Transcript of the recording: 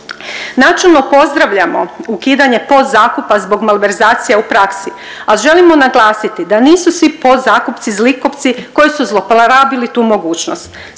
Načelno pozdravljamo ukidanje podzakupa zbog malverzacija u praksi, a želimo naglasiti da nisu svi podzakupci zlikovci koji su zlouporabili tu mogućnost.